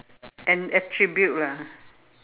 an attribute lah